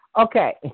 okay